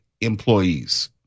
employees